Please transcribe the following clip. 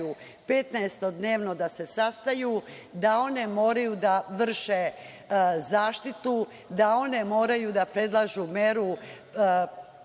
petnaestodnevno da se sastaju, da one moraju da vrše zaštitu, da one moraju da predlažu meru